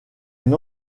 une